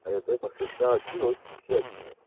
ଏବେ ସୁସ୍ଥ ଅଛି ବହୁତ ଖୁସି ଅଛି ଆଉ